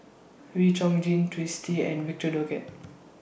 Wee Chong Jin Twisstii and Victor Doggett